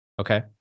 Okay